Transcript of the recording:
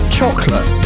chocolate